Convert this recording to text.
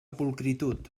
pulcritud